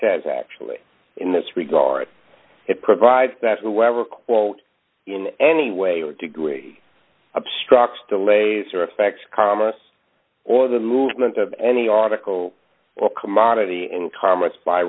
says actually in this regard it provides that whoever quote in any way or degree obstruct delays or affects commerce or the movement of any article or commodity in karma